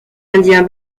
indien